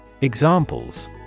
Examples